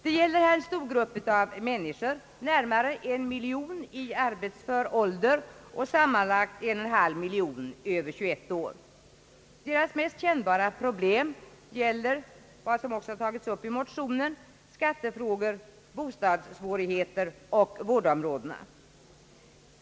Det gäller här en stor grupp människor, 1 miljon i arbetsför ålder och sammanlagt 1,5 miljon personer över 21 år. Deras mest kännbara problem, som också tagits upp i motionen, är skattefrågor, bostadssvårigheter och vårdområdena.